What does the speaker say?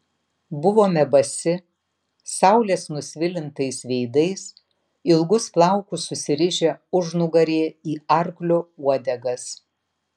buvome basi saulės nusvilintais veidais ilgus plaukus susirišę užnugaryje į arklio uodegas